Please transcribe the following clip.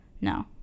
no